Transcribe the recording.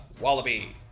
Wallaby